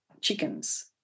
chickens